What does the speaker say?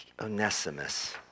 Onesimus